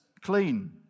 clean